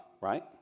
right